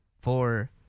For